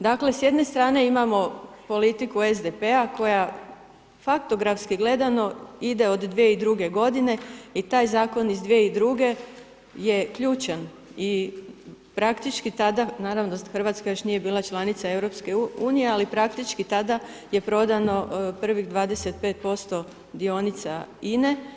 Dakle, s jedne strane imamo politiku SDP-a koja faktografski gledano ide od 2002. godine i taj zakon iz 2002. je ključan i praktički tada naravno Hrvatska još nije bila članica EU, ali praktički tada je prodano prvih 25% dionica INE.